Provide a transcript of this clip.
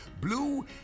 Blue